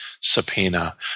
subpoena